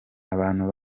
abantu